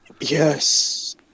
Yes